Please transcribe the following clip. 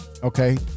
Okay